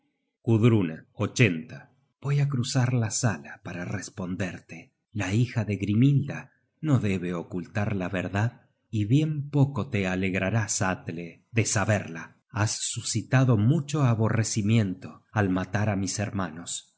veia gudruna voy á cruzar la sala para responderte la hija de grimhilda no debe ocultar la verdad y bien poco te alegrarás atle de saberla lias suscitado mucho aborrecimiento al matar á mis hermanos